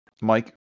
Mike